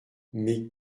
mais